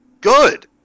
good